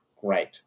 Great